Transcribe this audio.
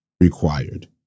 required